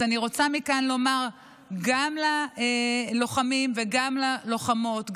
אז אני רוצה לומר מכאן גם ללוחמים וגם ללוחמות,